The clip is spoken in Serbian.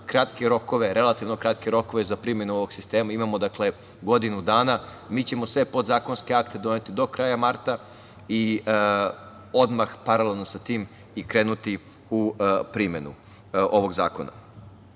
kratke rokove, relativno kratke rokove za primenu ovog sistema, imamo godinu dana, mi ćemo sve podzakonske akte doneti do kraja marta i odmah paralelno sa tim i krenuti u primenu ovog zakona. Po